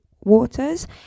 Waters